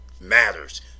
matters